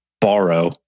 borrow